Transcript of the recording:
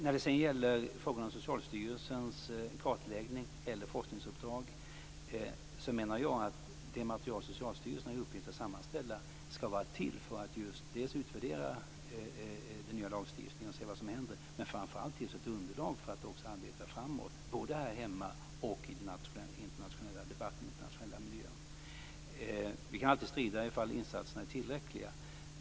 När det sedan gäller frågan om Socialstyrelsens kartläggning eller forskningsuppdrag menar jag att det material Socialstyrelsen har till uppgift att sammanställa skall vara till för att just utvärdera den nya lagstiftningen och se vad som händer. Men framför allt skall man se till att det finns ett underlag för att också arbeta framåt, både här hemma och i den internationella miljön. Vi kan alltid strida om huruvida insatserna är tillräckliga.